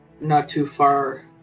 not-too-far